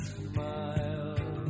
smile